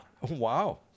Wow